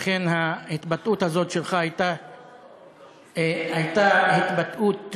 לכן ההתבטאות הזאת שלך הייתה התבטאות אומללה,